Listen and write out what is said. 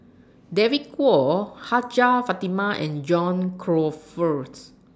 David Kwo Hajjah Fatimah and John Crawfurd's